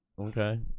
Okay